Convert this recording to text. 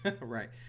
Right